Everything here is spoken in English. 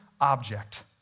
object